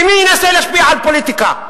מי מנסה להשפיע על הפוליטיקה?